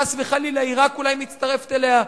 חס וחלילה עירק אולי מצטרפת אליה,